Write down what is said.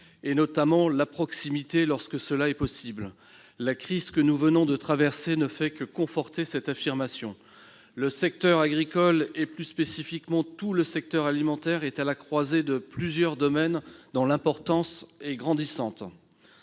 notamment la proximité, lorsque cela est possible. La crise que nous venons de traverser ne fait que conforter cette affirmation. Les secteurs agricole et alimentaire sont à la croisée de plusieurs domaines dont l'importance est grandissante.